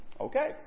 Okay